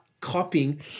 copying